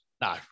No